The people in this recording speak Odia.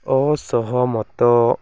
ଅସହମତ